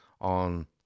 on